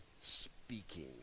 speaking